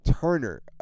Turner